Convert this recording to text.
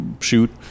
shoot